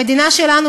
המדינה שלנו,